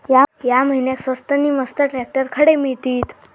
या महिन्याक स्वस्त नी मस्त ट्रॅक्टर खडे मिळतीत?